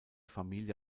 familie